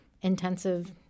intensive